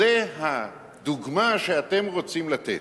זו הדוגמה שאתם רוצים לתת.